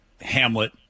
hamlet